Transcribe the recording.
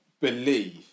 believe